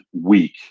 week